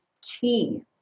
key